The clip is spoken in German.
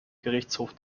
gerichtshof